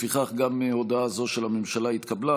לפיכך, גם הודעה זו של הממשלה התקבלה.